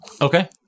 okay